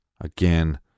Again